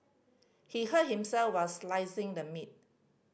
he hurt himself while slicing the meat